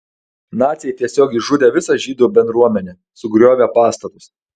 naciai tiesiog išžudė visą žydų bendruomenę sugriovė pastatus